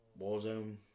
Warzone